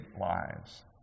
lives